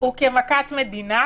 וכמכת מדינה